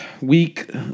week